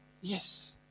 Yes